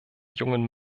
jungen